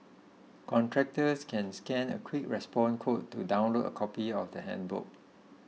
contractors can scan a quick response code to download a copy of the handbook